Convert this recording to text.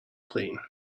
plane